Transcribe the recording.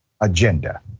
agenda